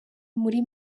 muri